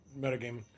metagaming